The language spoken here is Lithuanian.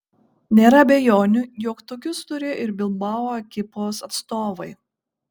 nėra abejonių jog tokius turėjo ir bilbao ekipos atstovai